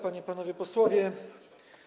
Panie i Panowie Posłowie!